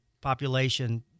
population